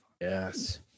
Yes